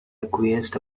acquiesced